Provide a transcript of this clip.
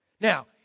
Now